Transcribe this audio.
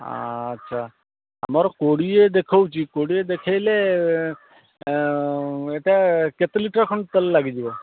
ଆଚ୍ଛା ମୋର କୋଡ଼ିଏ ଦେଖାଉଛି କୋଡ଼ିଏ ଦେଖେଇଲେ ଏଇଟା କେତେ ଲିଟର ଖଣ୍ଡେ ତେଲ ଲାଗିଯିବ